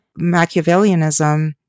Machiavellianism